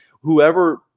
whoever